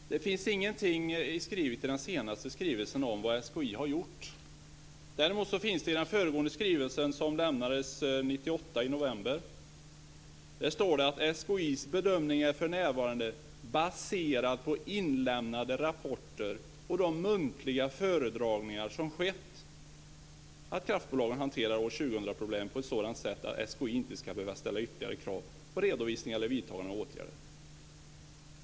Fru talman! Det finns ingenting skrivet i den senaste skrivelsen om vad SKI har gjort. Däremot finns det det i den föregående skrivelsen, som lämnades i november 1998. Där står det att SKI:s bedömning för närvarande är baserad på inlämnade rapporter och de muntliga föredragningar som skett om att kraftbolagen hanterar år 2000-problemet på ett sådant sätt att SKI inte ska behöva ställa ytterligare krav på redovisning eller vidtagande av åtgärder.